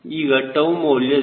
ಈಗ 𝜏 ಮೌಲ್ಯ 0